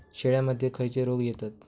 शेळ्यामध्ये खैचे रोग येतत?